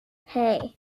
hey